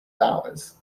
hours